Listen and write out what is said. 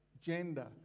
gender